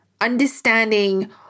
Understanding